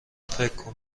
فکر